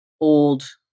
old